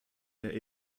der